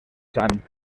sant